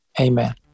amen